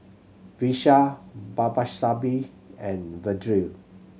Vishal Babasaheb and Vedre